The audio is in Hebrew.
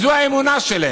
וזו האמונה שלהם.